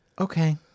Okay